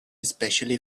especially